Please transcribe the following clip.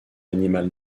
l’animal